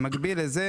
במקביל לכך,